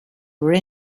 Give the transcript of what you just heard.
were